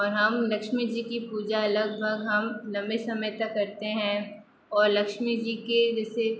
और हम लक्ष्मी जी की पूजा लगभग हम लंबे समय तक करते हैं और लक्ष्मी जी की जैसे